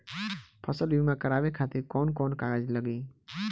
फसल बीमा करावे खातिर कवन कवन कागज लगी?